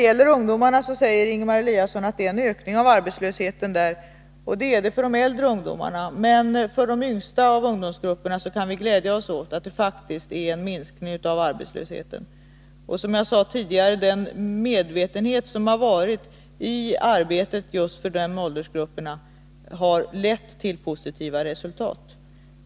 Ingemar Eliasson säger att det är en ökning av arbetslösheten bland ungdomarna, och det stämmer för de äldre ungdomarna. Men för de yngsta inom dessa ungdomsgrupper kan vi glädja oss åt att det faktiskt är en minskning av arbetslösheten. Och som jag sade tidigare: Den medvetenhet som har funnits i arbetet just för de åldersgrupperna har lett till positiva resultat.